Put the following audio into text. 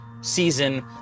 season